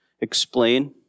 explain